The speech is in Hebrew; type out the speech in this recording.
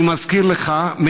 אני מזכיר לך,